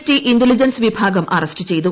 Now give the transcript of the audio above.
T intelligence വിഭാഗം arrest ചെയ്തു